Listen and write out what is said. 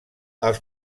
els